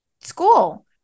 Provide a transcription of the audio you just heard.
school